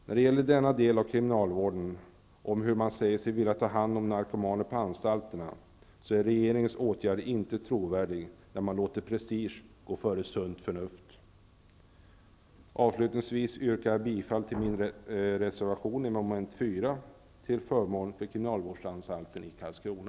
När det gäller denna del av kriminalvården -- hur man säger sig vilja ta hand om narkomaner på anstalterna -- är regeringens åtgärder inte trovärdiga, när man låter prestige gå före sunt förnuft. Avslutningsvis yrkar jag bifall till min reservation vid moment 4 till förmån för kriminalvårdsanstalten i Karlskrona.